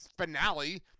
finale